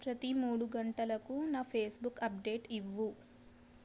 ప్రతి మూడు గంటలకు నా ఫేస్బుక్ అప్డేట్ ఇవ్వు